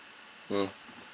mm